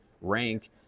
rank